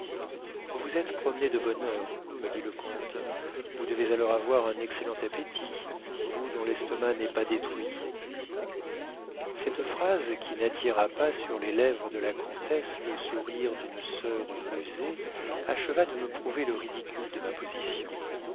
vous vous êtes promené de bonne heure me dit le comte vous devez alors avoir un excellent appétit vous dont l'estomac n'est pas détruit cette phrase qui n'attira pas sur les lèvres de la comtesse le sourire d'une sœur rusée acheva de me prouver le ridicule de ma position